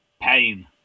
Pain